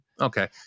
okay